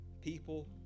people